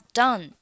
done